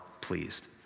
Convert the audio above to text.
pleased